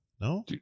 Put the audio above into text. no